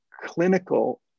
clinical